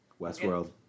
Westworld